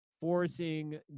forcing